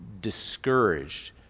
discouraged